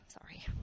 Sorry